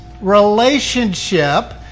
relationship